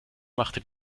machte